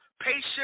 Patient